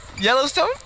Yellowstone